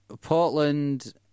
Portland